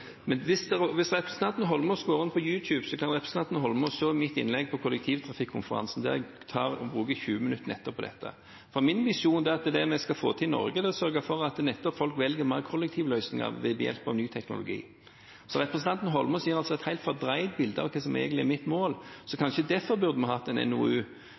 Men hvis representanten Eidsvoll Holmås går inn på YouTube, kan representanten Eidsvoll Holmås se mitt innlegg på Kollektivtrafikkonferansen der jeg bruker 20 minutter på nettopp dette. For min visjon er at det vi skal få til i Norge, nettopp er å sørge for at folk velger kollektivløsninger mer, ved hjelp av ny teknologi. Så representanten Eidsvoll Holmås gir altså et helt fordreid bilde av hva som egentlig er mitt mål. Derfor burde vi kanskje hatt en NOU,